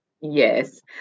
Yes